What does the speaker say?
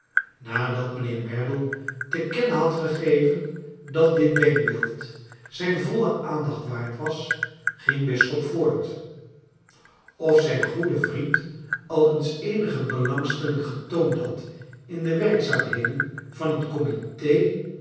nadat mijnheer merdle te kennen had gegeven dat dit denkbeeld zijn voile aandacht waard was ging bisschop voort of zijn goede vriend al eens eenige belangstellmg getoond had in de werkzaamheden van het comite